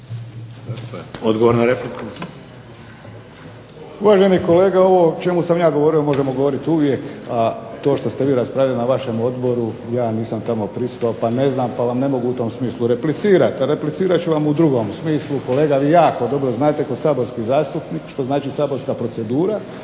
Odgovor na repliku.